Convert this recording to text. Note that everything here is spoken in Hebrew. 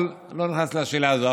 אבל לא נכנס לשאלה הזו.